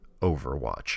overwatch